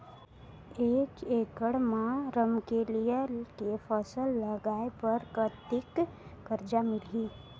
एक एकड़ मा रमकेलिया के फसल लगाय बार कतेक कर्जा मिलही?